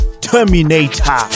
Terminator